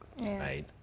Right